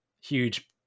huge